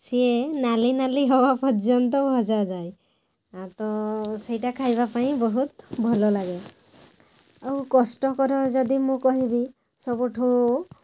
ସିଏ ନାଲି ନାଲି ହେବା ପର୍ଯ୍ୟନ୍ତ ଭଜାଯାଏ ଆ ତ ସେଇଟା ଖାଇବା ପାଇଁ ବହୁତ ଭଲ ଲାଗେ ଆଉ କଷ୍ଟକର ଯଦି ମୁଁ କହିବି ସବୁଠୁ